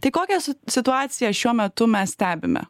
tai kokią situaciją šiuo metu mes stebime